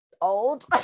old